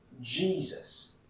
Jesus